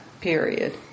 period